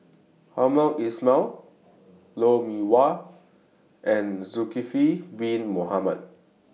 Hamed Ismail Lou Mee Wah and Zulkifli Bin Mohamed